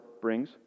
brings